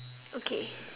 okay